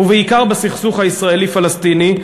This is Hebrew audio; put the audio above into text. ובעיקר בסכסוך הישראלי פלסטיני,